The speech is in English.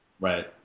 Right